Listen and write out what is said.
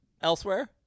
elsewhere